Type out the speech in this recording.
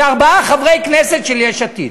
לארבעה חברי כנסת של יש עתיד.